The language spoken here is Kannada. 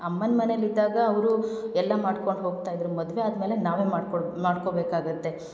ಅಮ್ಮನ ಮನೆಲಿ ಇದ್ದಾಗ ಅವರು ಎಲ್ಲ ಮಾಡ್ಕೊಂಡು ಹೋಗ್ತಾಯಿದ್ದರು ಮದುವೆ ಆದ ಮೇಲೆ ನಾವೇ ಮಾಡ್ಕೊಂಡ್ ಮಾಡ್ಕೋಬೇಕಾಗುತ್ತೆ